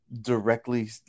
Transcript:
directly